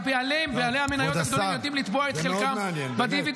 הבעלים ומנהלי המניות הגדולים יודעים לתבוע את חלקם בדיבידנד.